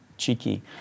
cheeky